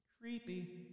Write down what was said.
Creepy